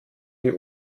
die